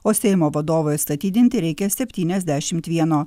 o seimo vadovui atstatydinti reikia septyniasdešimt vieno